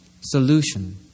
solution